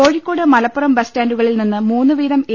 Kozhikode Malappuram bus സ്റ്റാൻഡുകളിൽ നിന്ന് മൂന്ന് വീതം എ